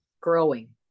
growing